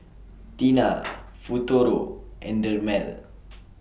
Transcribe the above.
Tena Futuro and Dermale